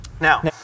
Now